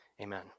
Amen